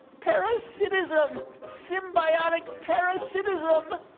parasitism symbiotic parasitism